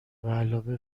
بعلاوه